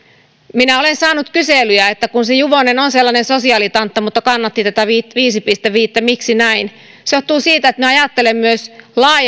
minä olen saanut kyselyjä että kun se juvonen on sellainen sosiaalitantta mutta kannatti tätä viittä pilkku viittä miksi näin se johtuu siitä että minä ajattelen myös